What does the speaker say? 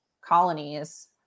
colonies